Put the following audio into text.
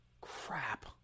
Crap